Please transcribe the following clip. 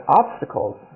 obstacles